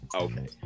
Okay